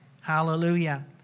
Hallelujah